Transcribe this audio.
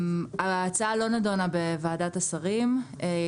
לא נדונה בוועדת השרים לענייני חקיקה.